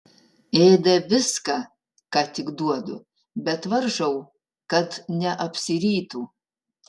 ėda viską ką tik duodu bet varžau kad neapsirytų